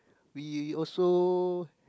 we also